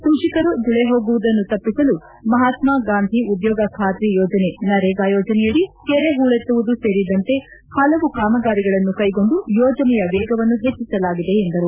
ಕೃಷಿಕರು ಗುಳಿ ಹೋಗುವುದನ್ನು ತಪ್ಪಿಸಲು ಮಹತ್ನಾ ಗಾಂಧಿ ಉದ್ಯೋಗ ಖಾತ್ರಿ ಯೋಜನೆ ನರೇಗಾ ಯೋಜನೆಯಡಿ ಕೆರೆ ಹೂಳೆತ್ತುವುದು ಸೇರಿದಂತೆ ಹಲವು ಕಾಮಗಾರಿಗಳನ್ನು ಕೈಗೊಂಡು ಯೋಜನೆಯ ವೇಗವನ್ನು ಹೆಚ್ಚಿಸಲಾಗಿದೆ ಎಂದರು